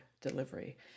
delivery